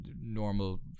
normal